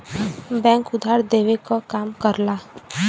bank उधार देवे क काम करला